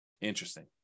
Interesting